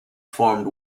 formed